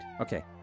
Okay